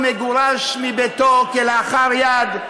ומגורש מביתו כלאחר יד,